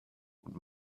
und